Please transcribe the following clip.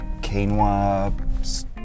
quinoa